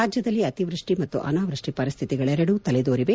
ರಾಜ್ಯದಲ್ಲಿ ಅತಿವ್ಯಸ್ಸಿ ಮತ್ತು ಅನಾವೃಷ್ಟಿ ಪರಿಶ್ಠಿತಿಗಳೆರಡೂ ತಲೆದೋರಿವೆ